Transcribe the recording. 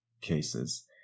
cases